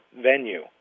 venue